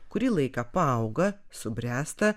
kurį laiką paauga subręsta